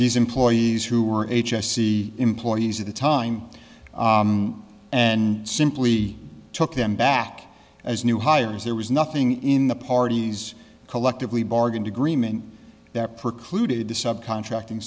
these employees who were h s c employees at the time and simply took them back as new hires there was nothing in the parties collectively bargain agreement that precluded the subcontracting